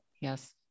yes